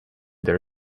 their